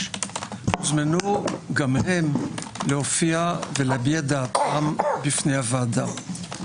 הוזמנו גם הם להופיע ולהביע דעתם בפני הוועדה.